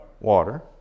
water